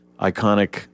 iconic